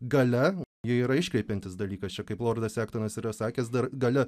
gale ji yra iškreipiantis dalykas čia kaip lordas ektonas yra sakęs dar galia